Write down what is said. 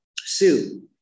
Sue